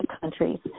countries